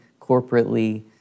corporately